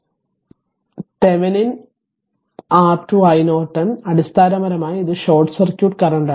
Thevenin R2 riNorton അടിസ്ഥാനപരമായി ഇത് short circuit കറന്റാണ്